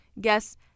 guests